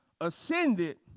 ascended